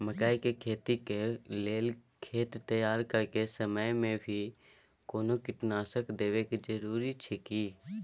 मकई के खेती कैर लेल खेत तैयार करैक समय मे भी कोनो कीटनासक देबै के जरूरी अछि की?